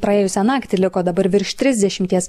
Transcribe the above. praėjusią naktį liko dabar virš trisdešimties